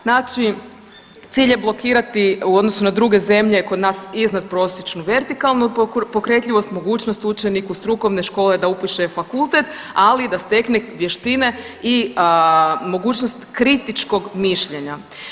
Znači cilj je blokirati u odnosu na druge zemlje kod nas iznadprosječnu vertikalnu pokretljivost, mogućnost učeniku strukovne škole da upiše fakultet ali i da stekne vještine i mogućnost kritičkog mišljenja.